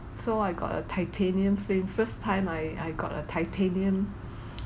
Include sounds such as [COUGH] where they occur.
so I got a titanium frame first time I I got a titanium [BREATH]